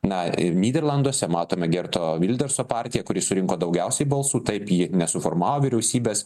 na nyderlanduose matome gerto vilderso partiją kuri surinko daugiausiai balsų taip ji nesuformavo vyriausybės